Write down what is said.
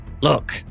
Look